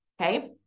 Okay